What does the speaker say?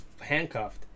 handcuffed